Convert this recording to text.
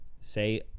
say